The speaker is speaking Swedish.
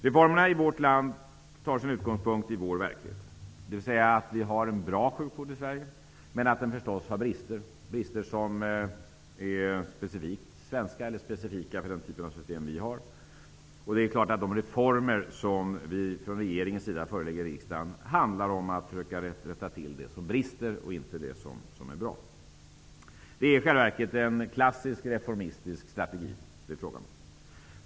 Reformerna i vårt land tar sin utgångspunkt i vår verklighet. Vi har en bra sjukvård i Sverige, men den har naturligtvis brister. Bristerna är specifika för vår typ av system. Det är klart att de förslag till reformer som vi från regeringens sida förelägger riksdagen försöker rätta till det som brister i stället för att förändra det som är bra. Det är i själva verket fråga om en klassisk reformistisk strategi.